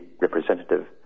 representative